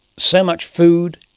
so much food,